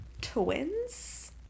twins